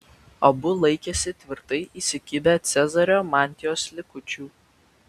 abu laikėsi tvirtai įsikibę cezario mantijos likučių